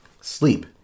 Sleep